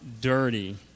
dirty